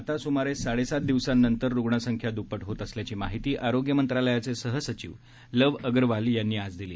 आता सुमारे साडेसात दिवसानंतर रुग्णसंख्या दुप्पट होत असल्याची माहिती आरोग्य मंत्रालयाचे सहसचिव लव अग्रवाल यांनी आज दिली